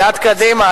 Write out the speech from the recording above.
סיעת קדימה,